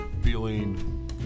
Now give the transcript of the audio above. feeling